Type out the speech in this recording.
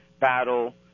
battle